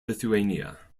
lithuania